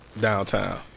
downtown